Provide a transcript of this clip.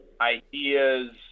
ideas